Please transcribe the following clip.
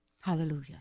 Hallelujah